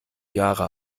jahre